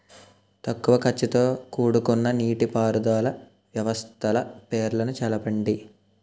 తక్కువ ఖర్చుతో కూడుకున్న నీటిపారుదల వ్యవస్థల పేర్లను తెలపండి?